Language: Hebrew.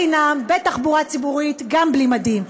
הם יוכלו לנסוע בחינם בתחבורה ציבורית גם בלי מדים.